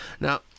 Now